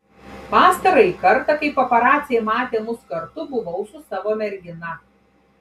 pastarąjį kartą kai paparaciai matė mus kartu buvau su savo mergina